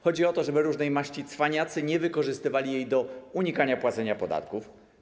Chodzi o to, żeby różnej maści cwaniacy nie wykorzystywali jej do unikania płacenia podatków.